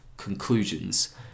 Conclusions